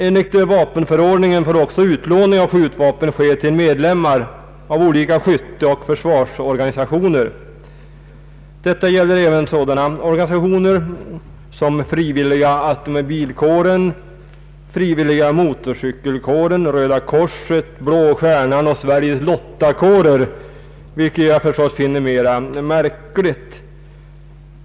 Enligt vapenförordningen får utlåning av skjutvapen ske till medlemmar av olika skytteoch försvarsorganisationer. Detta gäller även sådana organisationer som frivilliga automobilkåren, frivilliga motorcykelkåren, Röda korset, Blå stjärnan och Sveriges lottakårer, vilket jag finner mera märkligt.